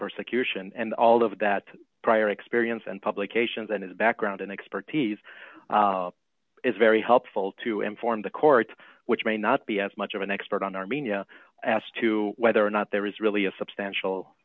persecution and all of that prior experience and publications and his background and expertise is very helpful to inform the court which may not be as much of an expert on armenia as to whether or not there is really a substantial